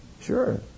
Sure